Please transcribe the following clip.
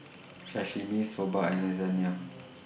Sashimi Soba and Lasagne